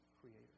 Creator